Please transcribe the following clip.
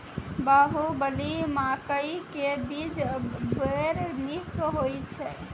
बाहुबली मकई के बीज बैर निक होई छै